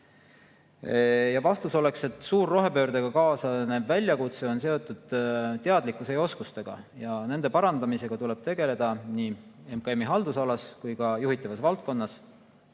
Vastus oleks, et suur rohepöördega kaasnev väljakutse on seotud teadlikkuse ja oskustega. Nende parandamisega tuleb tegeleda nii MKM‑i haldusalas kui ka juhitavas valdkonnas.